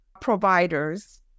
providers